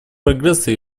прогресса